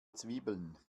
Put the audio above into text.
zwiebeln